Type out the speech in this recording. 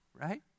right